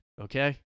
okay